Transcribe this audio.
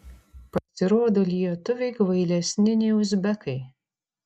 pasirodo lietuviai kvailesni nei uzbekai